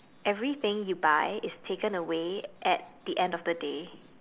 everything you buy is taken away at the end of the day